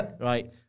Right